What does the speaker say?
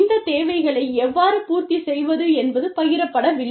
இந்த தேவைகளை எவ்வாறு பூர்த்தி செய்வது என்பது பகிரப்படவில்லை